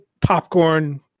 popcorn